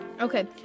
Okay